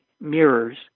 mirrors